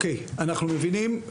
אנחנו מבינים,